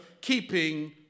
keeping